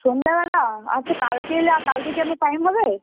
সন্ধেবেলা আচ্ছা কালকে এলে কালকে কি আপনার টাইম হবে